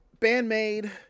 Bandmade